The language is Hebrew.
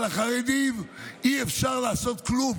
על החרדים אי-אפשר לעשות כלום.